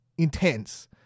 intense